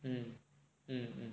mm mm mm